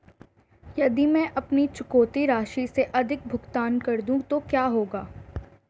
यदि मैं अपनी चुकौती राशि से अधिक भुगतान कर दूं तो क्या होगा?